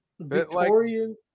Victorian